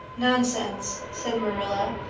nonsense, said marilla,